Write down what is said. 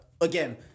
Again